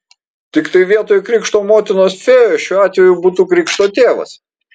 tiktai vietoj krikšto motinos fėjos šiuo atveju būtų krikšto tėvas